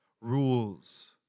rules